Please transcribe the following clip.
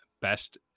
best